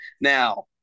now